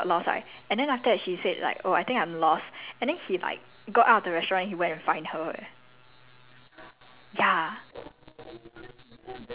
she went to the wrong place so she got lost this this love story damn cute [one] then like she got lost right and then after that she said like oh I think I'm lost and then he like got out of the restaurant and he went to find her eh